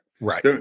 Right